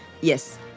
yes